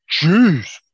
Jeez